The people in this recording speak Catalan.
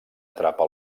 atrapa